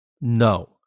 no